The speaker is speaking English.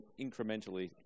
incrementally